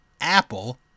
Apple